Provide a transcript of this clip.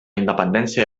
independència